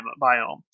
biome